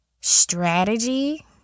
strategy